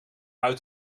uit